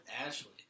Ashley